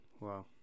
Wow